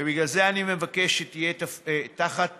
בגלל זה אני מבקש שהיא תהיה תחת